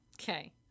Okay